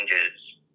changes